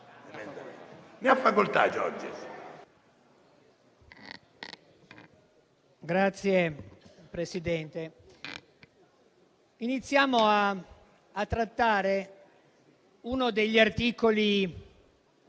Signor Presidente, iniziamo a trattare uno degli articoli